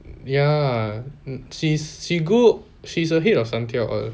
ya she she she is the head of something all